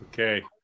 Okay